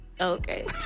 Okay